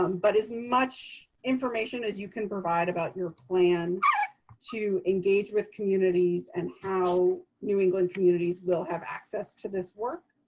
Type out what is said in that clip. um but as much information as you can provide about your plan to engage with communities, and how new england communities will have access to this work.